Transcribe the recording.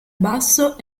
basso